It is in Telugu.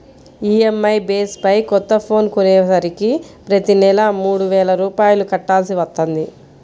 ఈఎంఐ బేస్ పై కొత్త ఫోన్ కొనేసరికి ప్రతి నెలా మూడు వేల రూపాయలు కట్టాల్సి వత్తంది